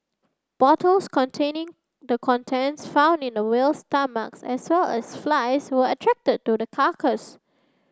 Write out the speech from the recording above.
bottles containing the contents found in the whale's stomach as well as flies were attracted to the carcass